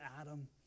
Adam